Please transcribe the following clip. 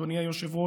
אדוני היושב-ראש,